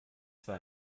zwar